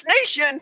nation